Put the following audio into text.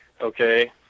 okay